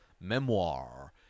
Memoir